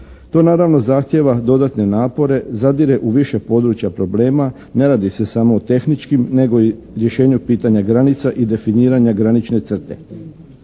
To naravno zahtijeva dodatne napore zadire u više područja problema, ne radi se samo o tehničkim nego i rješenju pitanja granica i definiranja granične crte.